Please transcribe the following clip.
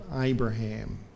Abraham